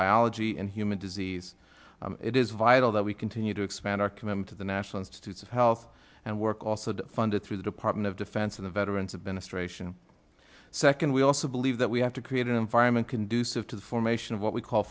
biology and human disease it is vital that we continue to expand our commitment to the national institutes of health and work also funded through the department of defense and veterans administration second we also believe that we have to create an environment conducive to the formation of what we call